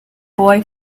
boy